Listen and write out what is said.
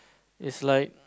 is like